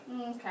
Okay